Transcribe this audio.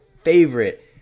favorite